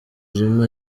zuma